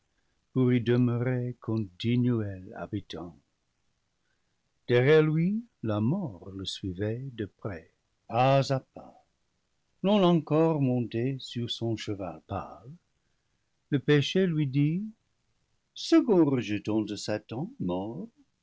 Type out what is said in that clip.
continuel habitant derrière lui la mort le suivait de près pas à pas non encore montée sur son cheval pâle le péché lui dit second rejeton de satan mort